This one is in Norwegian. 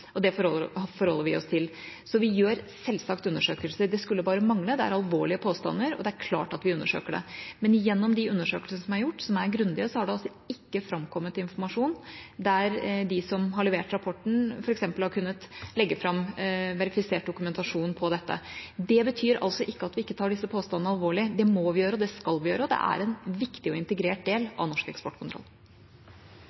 Det forholder vi oss til. Så vi foretar selvsagt undersøkelser – det skulle bare mangle! Det er alvorlige påstander, og det er klart vi undersøker det. Men gjennom de undersøkelsene som er gjort, som er grundige, er det altså ikke framkommet informasjon der de som har levert rapporten, f.eks. har kunnet legge fram verifisert dokumentasjon på dette. Det betyr ikke at vi ikke tar disse påstandene alvorlig, det må vi gjøre og det skal vi gjøre. Det er en viktig og integrert del